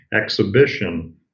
exhibition